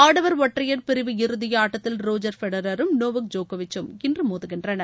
ஆடவர் ஒற்றையர் பிரிவு இறதி ஆட்டத்தில் ரோஜர் பெடரரும் நோவோக் ஜோக்விட்சும் இன்று மோதுகின்றனர்